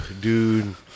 dude